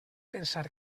pensar